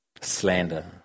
slander